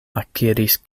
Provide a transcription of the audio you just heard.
akiris